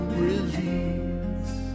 release